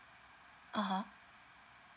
(uh huh)